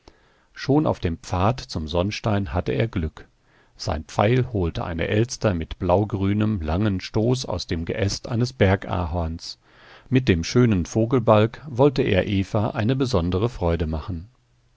schon auf dem pfad zum sonnstein hatte er glück sein pfeil holte eine elster mit blaugrünem langem stoß aus dem geäst eines bergahorns mit dem schönen vogelbalg wollte er eva eine besondere freude machen